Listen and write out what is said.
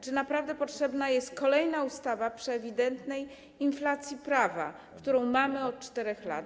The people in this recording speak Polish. Czy naprawdę potrzebna jest kolejna ustawa przy ewidentnej inflacji prawa, jaką mamy od 4 lat?